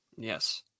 Yes